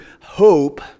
hope